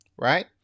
right